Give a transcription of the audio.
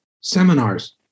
seminars